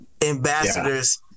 ambassadors